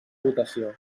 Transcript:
votació